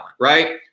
right